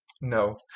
no